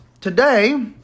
today